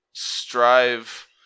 Strive